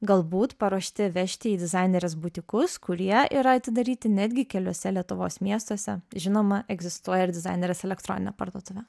galbūt paruošti vežti į dizainerės butikus kurie yra atidaryti netgi keliuose lietuvos miestuose žinoma egzistuoja ir dizainerės elektroninė parduotuvė